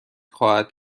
خواهد